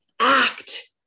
act